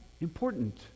important